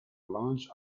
launch